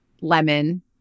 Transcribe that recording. lemon